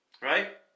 Right